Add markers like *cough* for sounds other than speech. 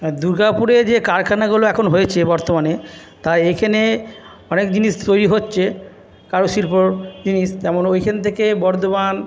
হ্যাঁ দুর্গাপুরে যে কারখানাগুলো এখন হয়েছে বর্তমানে তা এখানে অনেক জিনিস তৈরি হচ্ছে কারুশিল্পর জিনিস *unintelligible* ওইখান থেকে বর্ধমান